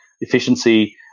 Efficiency